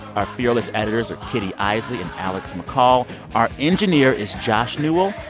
our fearless editors are kitty eisele and alex mccall. our engineer is josh newell.